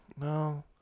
No